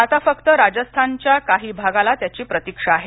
आता फक्त राजस्थानच्या काही भागाला त्याची प्रतिक्षा आहे